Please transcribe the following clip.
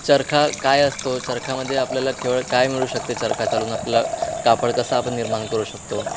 चरखा काय असतो चरखामध्ये आपल्याला केवळ काय मिळू शकते चरखा चालवून आपल्याला कापड कसा आपण निर्माण करू शकतो